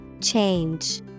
Change